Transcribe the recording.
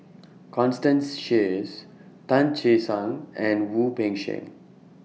Constance Sheares Tan Che Sang and Wu Peng Seng